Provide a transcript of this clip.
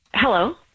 Hello